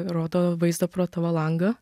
rodo vaizdą pro tavo langą